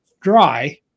dry